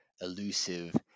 elusive